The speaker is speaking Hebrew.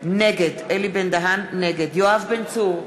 נגד יואב בן צור,